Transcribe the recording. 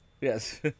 Yes